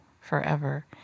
forever